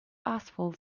asphalt